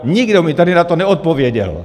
Nikdo mi tady na to neodpověděl!